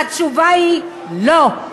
והתשובה היא לא.